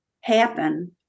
happen